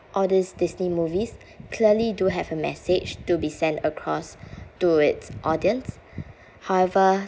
all these disney movies clearly do have a message to be send across to its audience however